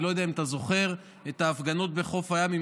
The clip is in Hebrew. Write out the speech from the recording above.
אני לא יודע אם אתה זוכר את ההפגנות בחוף הים עם